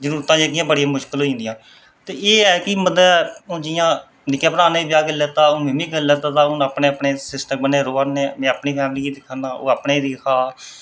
जरूरतां जेह्कियां बड़ियां मुश्कल होई जंदियां ते एह् ऐ कि मतलब हून जि'यां निक्के भ्राऽ नै बी ब्याह् करी लैता हून मिमी करी लैता दा हून अपने अपने सिस्टम कन्नै रह्वै नै में अपनी फैमिली गी दिक्खां न ओह् अपने ई दिक्खा दा